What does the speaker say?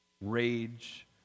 rage